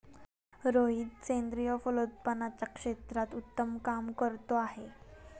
रोहित सेंद्रिय फलोत्पादनाच्या क्षेत्रात उत्तम काम करतो आहे